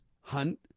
Hunt